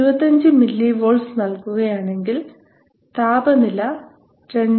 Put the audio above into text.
25 millivolts നൽകുകയാണെങ്കിൽ താപനില 2